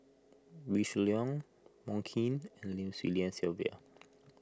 Wee Shoo Leong Wong Keen and Lim Swee Lian Sylvia